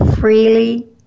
freely